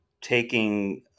taking